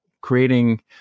creating